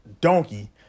donkey